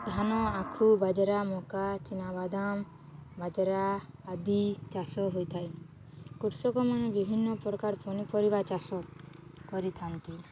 ଧାନ ଆଖୁ ବାଜରା ମକା ଚିନାବାଦାମ ବାଜରା ଆଦି ଚାଷ ହୋଇଥାଏ କୃଷକମାନେ ବିଭିନ୍ନ ପ୍ରକାର ପନିପରିବା ଚାଷ କରିଥାନ୍ତି